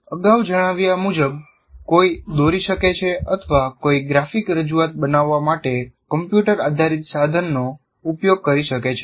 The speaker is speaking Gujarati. અગાઉ જણાવ્યા મુજબ કોઈ દોરી શકે છે અથવા કોઈ ગ્રાફિક રજૂઆત બનાવવા માટે કમ્પ્યુટર આધારિત સાધનનો ઉપયોગ કરી શકે છે